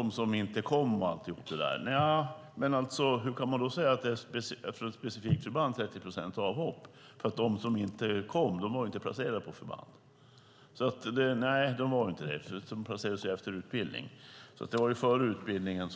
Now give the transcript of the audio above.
om dem som inte kom. Hur kan man då säga att det är 30 procents avhopp från ett specifikt förband? De som inte kom var ju inte placerade på ett förband. De placeras efter utbildning, och de hoppade av före utbildningen.